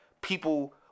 people